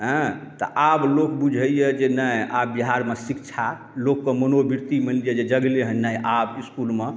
एँ तऽ आब लोक बुझैया जे नहि आब बिहारमे शिक्षा लोकके मनोवृत्ति मानि लिअ जे जगलै हँ नहि आब इसकुलमे